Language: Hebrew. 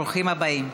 ברוכים הבאים.